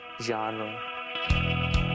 genre